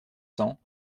cents